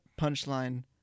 punchline